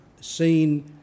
seen